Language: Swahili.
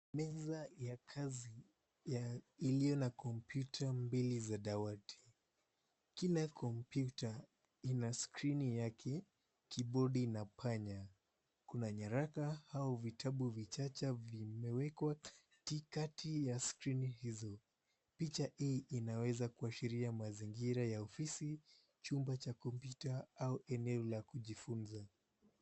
Meza ya kazi iliyo na kompyuta mbili za dawati. Kila kompyuta ina skrini yake, kibodi na panya. Kuna nyaraka au vitabu vichache vimewekwa katikati ya skrini hizo. Picha hii inaweza kuashiria mazingira ya ofisi, chumba cha kupita au eneo la kujifunza.